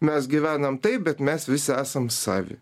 mes gyvenam taip bet mes visi esam savi